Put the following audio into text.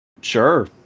Sure